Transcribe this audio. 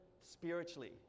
spiritually